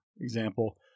example